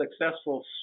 successful